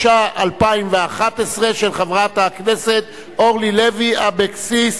התשע"א 2011, לדיון מוקדם בוועדת הכלכלה נתקבלה.